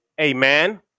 Amen